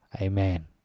Amen